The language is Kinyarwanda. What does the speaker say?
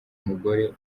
umugore